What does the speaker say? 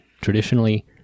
Traditionally